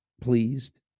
pleased